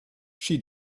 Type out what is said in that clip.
she